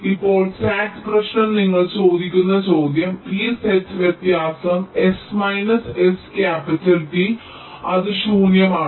ഇപ്പോൾ SAT പ്രശ്നം നിങ്ങൾ ചോദിക്കുന്ന ചോദ്യം ഈ സെറ്റ് വ്യത്യാസം S minus S capital T അത് ശൂന്യമാണോ